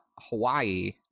Hawaii